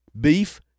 beef